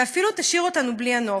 ואפילו תשאיר אותנו בלי הנוף.